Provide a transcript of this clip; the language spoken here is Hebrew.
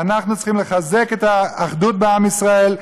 אנחנו צריכים לחזק את האחדות בעם ישראל,